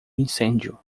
incêndio